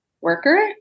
worker